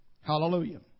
Hallelujah